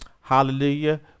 Hallelujah